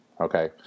Okay